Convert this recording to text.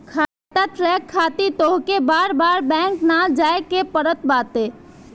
खाता ट्रैक खातिर तोहके बार बार बैंक ना जाए के पड़त बाटे